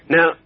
Now